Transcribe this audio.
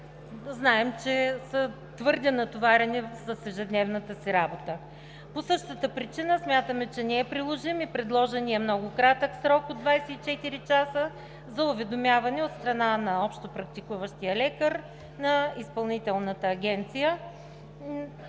знаем, че са твърде натоварени с ежедневната си работа. По същата причина смятаме, че не е приложим и предложеният много кратък срок от 24 часа за уведомяване от страна на общопрактикуващия лекар на Изпълнителната агенция.